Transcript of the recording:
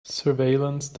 surveillance